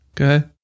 okay